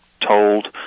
told